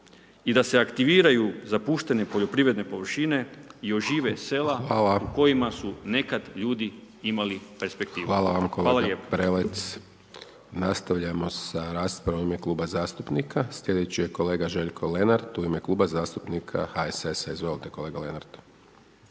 i da se aktiviraju zapuštene poljoprivredne površine i ožive sela u kojima su nekad ljudi imali perspektivu. Hvala lijepo. **Hajdaš Dončić, Siniša (SDP)** Hvala vam kolega Prelec. Nastavljamo sa raspravama u ime kluba zastupnika. Slijedeći je kolega Željko Lenart u ime Kluba zastupnika HSS-a, izvolite kolega Lenart.